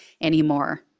anymore